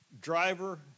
driver